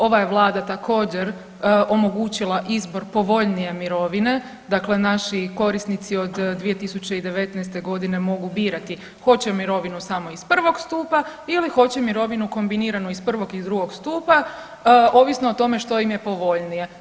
Ova je vlada također omogućila izbor povoljnije mirovine, dakle naši korisnici od 2019. godine mogu birati hoće mirovinu samo iz prvog stupa ili hoće mirovinu kombiniranu iz prvog i iz drugog stupa ovisno o tome što im je povoljnije.